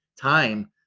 time